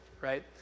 right